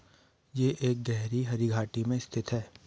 यह एक गहरी हरी घाटी में स्थित है